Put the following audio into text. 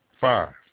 Five